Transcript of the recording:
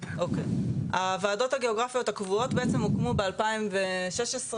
הוועדות הגיאוגראפיות הקבועות הוקמו ב-2016-2017.